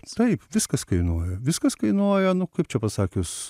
taip viskas kainuoja viskas kainuoja nu kaip čia pasakius